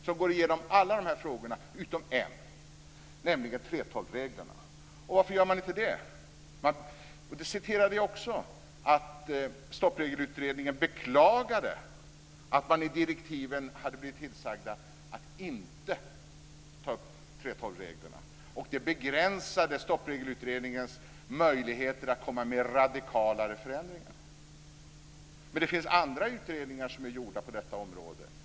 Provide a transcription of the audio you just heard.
Den går igenom alla dessa frågor utom en, nämligen 3:12-reglerna. Varför gör man inte det? Där citerade jag också att Stoppregelutredningen beklagade att man i direktiven hade blivit tillsagda att inte ta upp 3:12-reglerna. Det begränsade Stoppregelutredningens möjligheter att komma med radikalare förändringar. Men det finns andra utredningar som är gjorda på detta område.